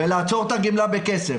ולעצור את הגימלה בכסף.